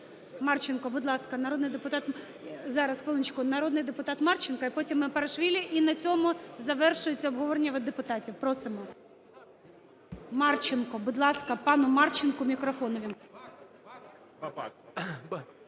Зараз, хвилиночку. Народний депутат Марченко, потім – Мепарішвілі, і на цьому завершується обговорення від депутатів. Просимо, Марченко. Будь ласка, пану Марченку мікрофон